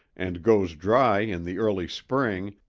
and goes dry in the early spring,